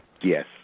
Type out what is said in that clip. Yes